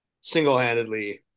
single-handedly